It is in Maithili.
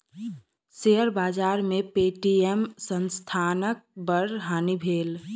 शेयर बाजार में पे.टी.एम संस्थानक बड़ हानि भेल